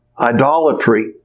idolatry